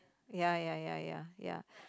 ya ya ya ya ya